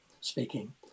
speaking